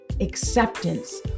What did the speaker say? acceptance